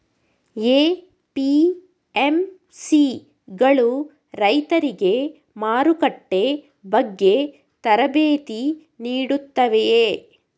APMC ಗಳು ರೈತರಿಗೆ ಮಾರುಕಟ್ಟೆ ಬಗ್ಗೆ ತರಬೇತಿ ನೀಡುತ್ತವೆಯೇ?